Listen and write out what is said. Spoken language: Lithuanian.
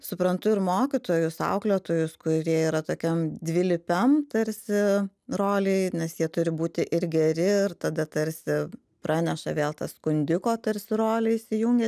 suprantu ir mokytojus auklėtojus kurie yra tokiam dvilypiam tarsi rolėj nes jie turi būti ir geri ir tada tarsi praneša vėl ta skundiko tarsi rolė įsijungia